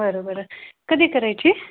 बरोबर आहे कधी करायची आहे